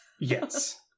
Yes